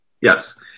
Yes